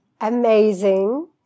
Amazing